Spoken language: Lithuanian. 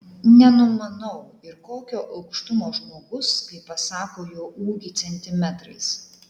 nenumanau ir kokio aukštumo žmogus kai pasako jo ūgį centimetrais